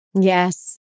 Yes